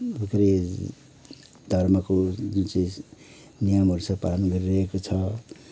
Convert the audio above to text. के अरे धर्मको जुन चाहिँ नियमहरू छ पालन गरिरहेको